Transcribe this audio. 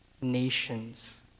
nations